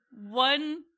One